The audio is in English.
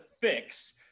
fix